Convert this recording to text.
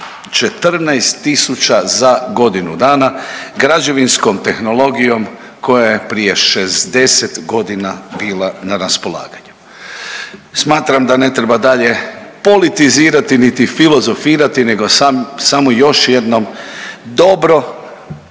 14000 za godinu dana građevinskom tehnologijom koja je prije 60 godina bila na raspolaganju. Smatram da ne treba dalje politizirati, niti filozofirati nego samo još jednom dobro